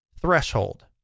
Threshold